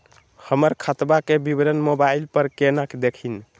हमर खतवा के विवरण मोबाईल पर केना देखिन?